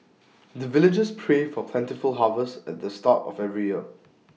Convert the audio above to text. the villagers pray for plentiful harvest at the start of every year